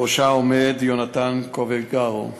שבראשה עומד יונתן קובריגרו.